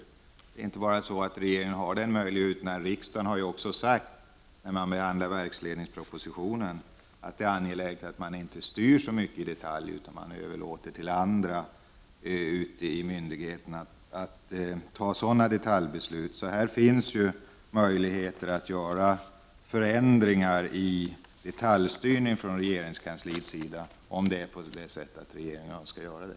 Ja, det är inte bara så att regeringen har den möjligheten — riksdagen har också, när verksledningspropositionen behandlades, uttalat att det är angeläget att man inte styr så mycket i detalj utan överlåter till myndigheterna att fatta detaljbeslut. Det finns alltså möjligheter för regeringskansliet att företa förändringar när det gäller detaljstyrningen, om man önskar göra det.